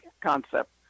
concept